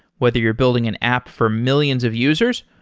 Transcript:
whether you're building an app for millions of users,